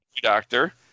Doctor